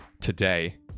today